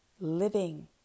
living